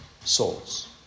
souls